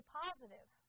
positive